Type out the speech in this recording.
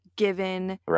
given